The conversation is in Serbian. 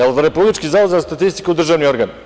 Da li je Republički zavod za statistiku državni organ?